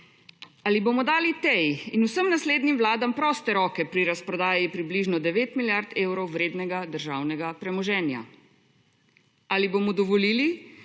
Ali bomo dali tej in vsem naslednjim vladam proste roke pri razprodaji približno 9 milijard evrov vrednega državnega premoženja? Ali bomo dovolili,